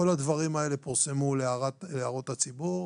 כל הדברים האלה פורסמו להערות הציבור,